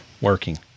working